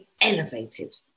elevated